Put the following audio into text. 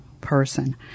person